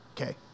Okay